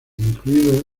incluido